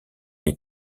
les